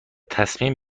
تصمیم